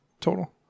total